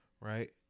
Right